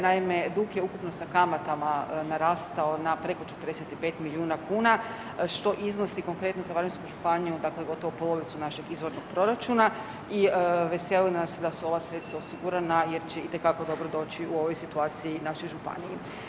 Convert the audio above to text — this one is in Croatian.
Naime, dug je ukupno sa kamatama narastao na preko 45 milijuna kuna što iznosi konkretno za Varaždinsku županiju dakle gotovo polovicu našeg izvornog proračuna i veseli nas da su ova sredstva osigurana jer će itekako dobro doći u ovoj situaciji našoj županiji.